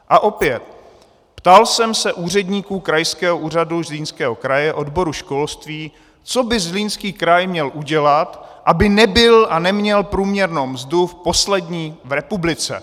A opět, ptal jsem se úředníků Krajského úřadu Zlínského kraje, odboru školství, co by Zlínský kraj měl udělat, aby nebyl a neměl průměrnou mzdu poslední v republice.